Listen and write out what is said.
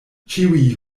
ĉiuj